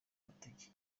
agatege